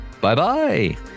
Bye-bye